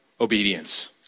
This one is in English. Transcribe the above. obedience